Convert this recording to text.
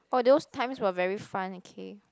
for those times were very fun okay